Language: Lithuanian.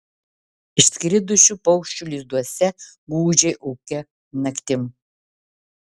išskridusių paukščių lizduose gūdžiai ūkia naktim